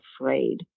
afraid